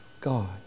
God